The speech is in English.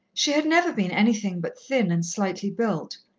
she had never been anything but thin and slightly built,